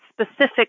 specific